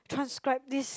transcribe this